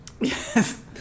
Yes